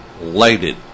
lighted